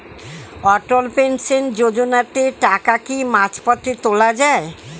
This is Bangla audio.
অটল পেনশন যোজনাতে টাকা কি মাঝপথে তোলা যায়?